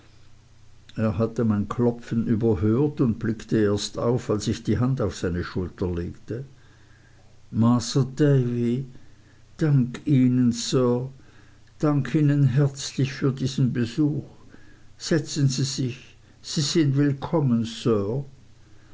er hatte mein klopfen überhört und blickte erst auf als ich die hand auf seine schulter legte masr davy danke ihnen sir danke ihnen herzlich für diesen besuch setzen sie sich sie sind willkommen sir